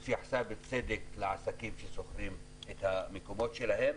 התייחסה, בצדק, לעסקים ששוכרים את המקומות שלהם,